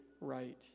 right